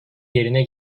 yerine